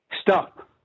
stop